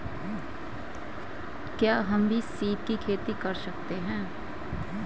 क्या हम भी सीप की खेती कर सकते हैं?